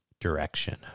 direction